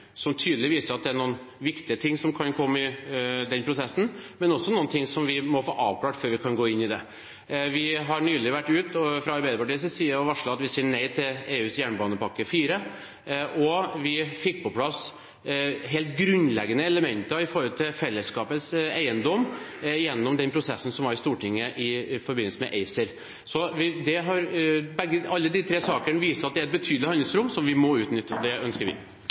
som tydelig viser at det er noen viktige ting som kan komme i den prosessen, men også noe som vi må få avklart før vi kan gå inn i det. Vi har fra Arbeiderpartiets side nylig vært ute og varslet at vi sier nei til EUs Jernbanepakke IV, og vi fikk på plass helt grunnleggende elementer når det gjelder fellesskapets eiendom, gjennom den prosessen som var i Stortinget i forbindelse med ACER. Alle disse tre sakene viser at det er et betydelig handlingsrom, som vi må utnytte. Det ønsker vi.